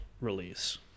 release